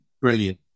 brilliant